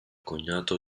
cognato